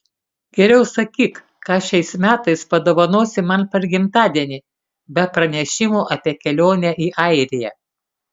geriau sakyk ką šiais metais padovanosi man per gimtadienį be pranešimo apie kelionę į airiją